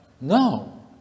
No